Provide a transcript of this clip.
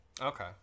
Okay